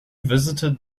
visited